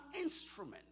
instrument